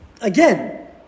Again